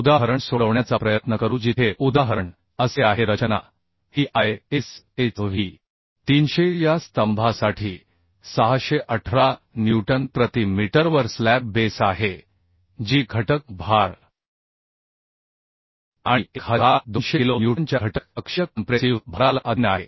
उदाहरण सोडवण्याचा प्रयत्न करू जिथे उदाहरण असे आहे रचना ही ISHV 300 या स्तंभासाठी 618 न्यूटन प्रति मीटरवर स्लॅब बेस आहे जी घटक भार आणि 1200 किलो न्यूटनच्या घटक अक्षीय कॉम्प्रेसिव्ह भाराला अधीन आहे